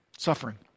suffering